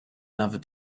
another